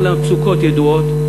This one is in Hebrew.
אבל המצוקות ידועות.